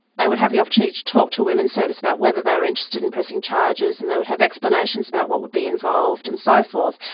they would have the opportunity to talk to a women's service about whether they were interested in pressing charges, and they would have explanations about what would be involved and so forth.